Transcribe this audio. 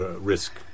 risk